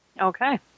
Okay